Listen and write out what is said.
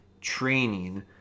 training